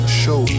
show